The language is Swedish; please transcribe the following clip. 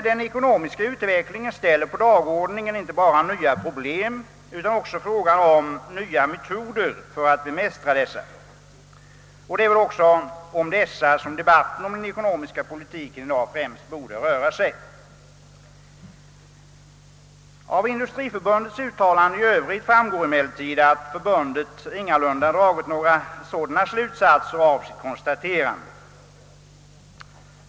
Den ekonomiska utvecklingen ställer på dagordningen inte bara nya problem utan också frågan om nya metoder för att bemästra dessa. Det är väl också om dessa som debatten om den ekonomiska politiken i dag främst borde röra sig. Av Industriförbundets uttalande i övrigt framgår emellertid att förbundet ingalunda dragit några sådana slutsatser av sitt konstaterande.